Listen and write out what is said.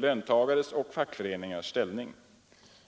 löntagares och fackföreningars ställning.